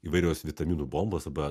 įvairios vitaminų bombos arba